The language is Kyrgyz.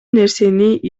нерсени